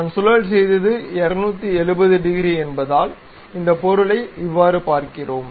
நாம் சுழல் செய்தது 270 டிகிரி என்பதால் இந்த பொருளை இவ்வாறு பார்க்கிறோம்